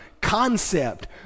concept